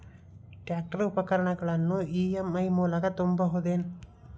Tractor ಉಪಕರಣಗಳನ್ನು EMI ಮೂಲಕ ತುಂಬಬಹುದ ಏನ್?